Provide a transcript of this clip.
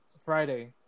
Friday